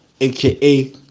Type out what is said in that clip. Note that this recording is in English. aka